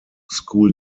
school